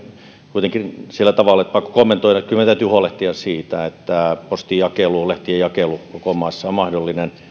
kuitenkin on sillä tavalla pakko kommentoida että kyllä meidän täytyy huolehtia siitä että postinjakelu lehtien jakelu koko maassa on mahdollinen mutta